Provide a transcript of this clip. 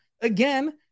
again